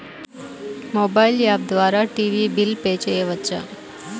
Mobile app ద్వారా TV bill pay చేయవచ్చా?